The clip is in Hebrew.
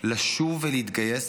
לשוב ולהתגייס,